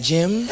Jim